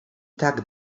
tak